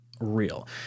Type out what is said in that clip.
real